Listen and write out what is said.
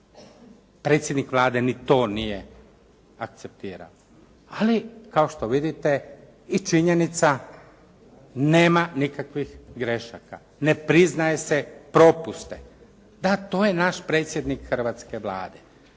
Predsjednik Vlade ni to nije akceptirao. Ali kao što vidite i činjenica nema nikakvih grešaka, ne priznaje se propuste. Da, to je naš predsjednik hrvatske Vlade.